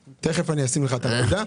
תיכף אני אשים לך את הנקודה.